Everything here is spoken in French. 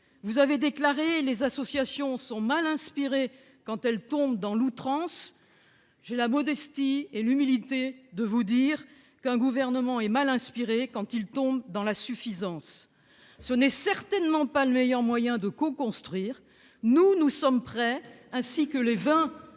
que « les associations sont mal inspirées quand elles tombent dans l'outrance »; j'ai la modestie et l'humilité de vous dire qu'un gouvernement est mal inspiré quand il tombe dans la suffisance. Bravo ! Ce n'est certainement pas le meilleur moyen de coconstruire. Pour notre part, nous sommes prêts, avec ces